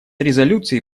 резолюций